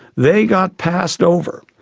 they got passed over,